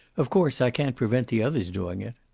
of course i can't prevent the others doing it.